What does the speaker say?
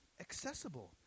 accessible